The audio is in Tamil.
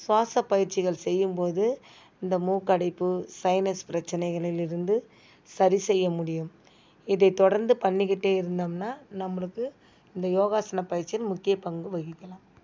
சுவாச பயிற்சிகள் செய்யும்போது இந்த மூக்கடைப்பு சைனஸ் பிரச்சனைகளிலிருந்து சரி செய்ய முடியும் இதை தொடர்ந்து பண்ணிக்கிட்டே இருந்தோம்னா நம்மளுக்கு இந்த யோகாசன பயிற்சியில முக்கிய பங்கு வகிக்கலாம்